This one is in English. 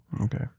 Okay